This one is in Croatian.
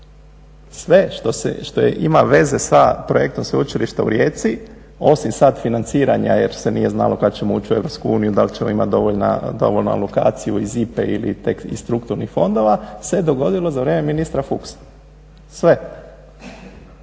Sve što ima veze sa projektom Sveučilišta u Rijeci osim sad financiranja jer nije znalo kad ćemo ući u EU, da li ćemo imati dovoljnu alokaciju iz IPA-e ili tek iz strukturnih fondova se dogodilo za vrijeme ministra Fuchsa, sve.